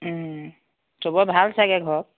সবৰ ভাল চাগৈ ঘৰত